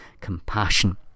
compassion